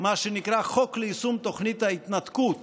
מה שנקרא חוק ליישום תוכנית ההתנתקות